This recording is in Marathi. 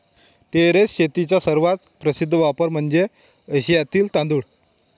टेरेस शेतीचा सर्वात प्रसिद्ध वापर म्हणजे आशियातील तांदूळ